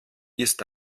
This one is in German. ist